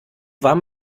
war